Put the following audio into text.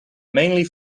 mainly